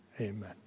amen